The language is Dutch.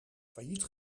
failliet